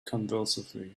convulsively